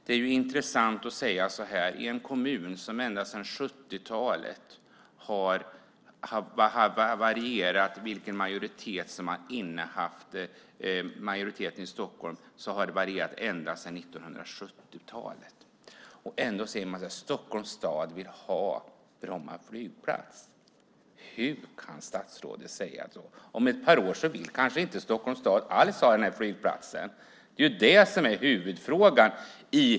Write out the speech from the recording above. Det intressanta är att i Stockholms kommun har majoriteten, de som har makten i kommunen, varierat sedan 70-talet, och ändå sägs det att Stockholms stad vill ha Bromma flygplats. Hur kan statsrådet säga så? Om ett par år vill Stockholms stad kanske inte alls ha den flygplatsen. Det är huvudfrågan.